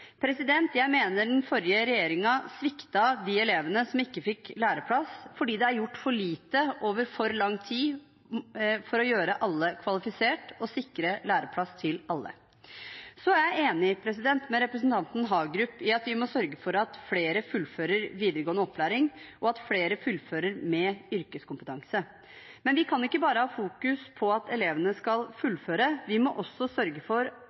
Jeg mener den forrige regjeringen sviktet de elevene som ikke fikk læreplass, fordi det er gjort for lite over for lang tid for å gjøre alle kvalifisert og sikre læreplass til alle. Så er jeg enig med representanten Hagerup i at vi må sørge for at flere fullfører videregående opplæring, og at flere fullfører med yrkeskompetanse. Men vi kan ikke bare ha fokus på at elevene skal fullføre, vi må også sørge for at utdanningsløpet har en kvalitet som gjør at elevene er reelt kvalifisert for